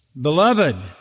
Beloved